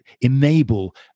enable